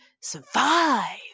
Survive